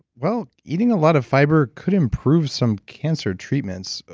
well, eating a lot of fiber could improve some cancer treatments.